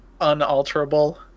unalterable